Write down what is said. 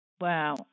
Wow